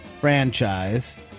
franchise